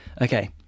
okay